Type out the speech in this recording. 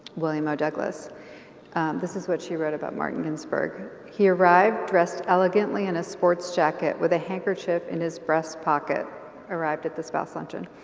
william o'douglas this is what she wrote about martin ginsburg he arrived dressed elegantly in a sports jacket with a hankercheif in his breast pocket arrive at the spouse luncheon.